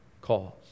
calls